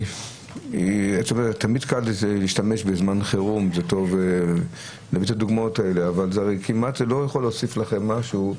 תמיד קל להשתמש בזמן חירום אבל זה כמעט לא יכול להוסיף לכם משהו.